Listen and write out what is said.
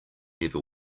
never